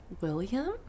William